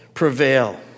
Prevail